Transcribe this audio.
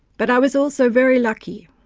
but i was also very lucky.